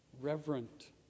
reverent